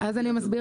אז אני מסבירה,